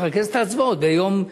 לרכז את ההצבעות ביום מסוים.